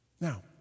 Now